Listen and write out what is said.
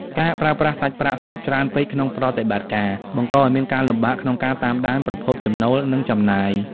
ការប្រើប្រាស់សាច់ប្រាក់សុទ្ធ ច្រើនពេកក្នុងប្រតិបត្តិការ បង្កឱ្យមានការលំបាកក្នុងការតាមដានប្រភពចំណូល និងចំណាយ។